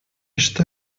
что